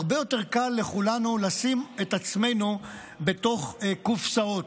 הרבה יותר קל לכולנו לשים את עצמנו בתוך קופסאות.